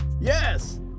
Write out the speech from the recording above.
yes